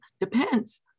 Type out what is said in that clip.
depends